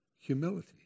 humility